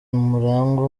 murangwa